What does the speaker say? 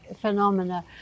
Phenomena